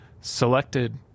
selected